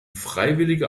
freiwillige